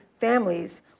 families